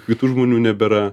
kitų žmonių nebėra